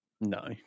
No